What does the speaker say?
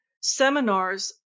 seminars